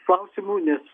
klausimų nes